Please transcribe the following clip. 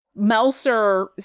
Melser